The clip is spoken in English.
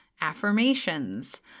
affirmations